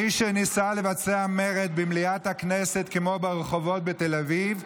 מי שניסה לבצע מרד במליאת הכנסת כמו ברחובות בתל אביב,